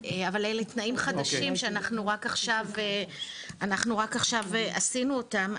אבל אלה תנאים חדשים שאנחנו רק עכשיו עשינו אותם.